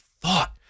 thought